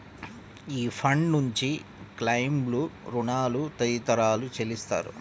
ఈ ఫండ్ నుంచి క్లెయిమ్లు, రుణాలు తదితరాలు చెల్లిస్తారు